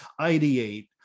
ideate